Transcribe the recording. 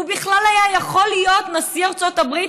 הוא בכלל היה יכול להיות נשיא ארצות הברית,